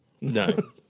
No